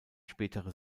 spätere